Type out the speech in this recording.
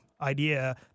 idea